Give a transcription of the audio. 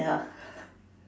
ya